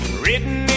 written